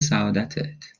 سعادتت